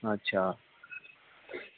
अच्छा